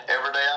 everyday